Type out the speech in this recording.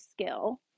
skill